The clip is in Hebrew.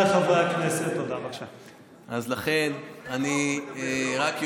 לכן אני רק אומר,